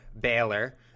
Baylor